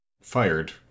fired